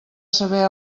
saber